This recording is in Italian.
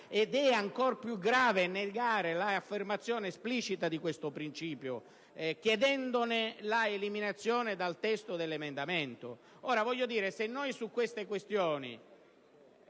Ed è ancor più grave negare l'affermazione esplicita di questo principio, chiedendone la eliminazione dal testo dell'emendamento. Se dobbiamo discutere di tali questioni,